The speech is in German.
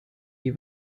die